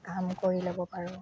কাম কৰি ল'ব পাৰোঁ